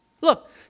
Look